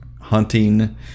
hunting